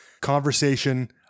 conversation